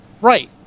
Right